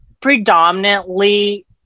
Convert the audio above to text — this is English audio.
predominantly